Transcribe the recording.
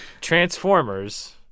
Transformers